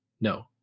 No